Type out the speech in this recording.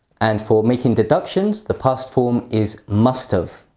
and for making deductions, the past form is must have.